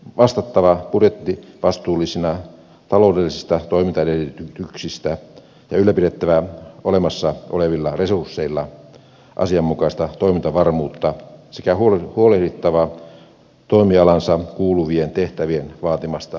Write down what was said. laitosten on myös vastattava budjettivastuullisina taloudellisista toimintaedellytyksistä ja ylläpidettävä olemassa olevilla resursseilla asianmukaista toimintavarmuutta sekä huolehdittava toimialaansa kuuluvien tehtävien vaatimasta johtamisesta